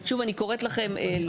שוב אני קוראת לכם לשקול.